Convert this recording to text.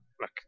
look